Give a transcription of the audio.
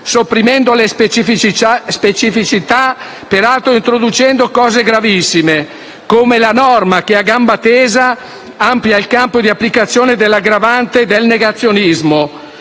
sopprimendo le specificità, peraltro introducendo cose gravissime, come la norma che, a gamba tesa, amplia il campo di applicazione dell'aggravante del negazionismo,